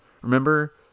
Remember